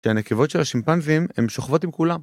‫שהנקבות של השימפנזים ‫הן שוכבות עם כולם.